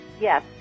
yes